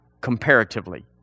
comparatively